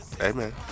Amen